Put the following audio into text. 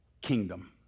kingdom